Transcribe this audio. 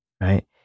Right